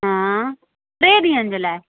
हा टे ॾींहंनि जे लाइ